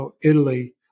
Italy